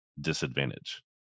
disadvantage